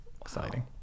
exciting